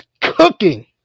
cooking